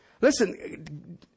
Listen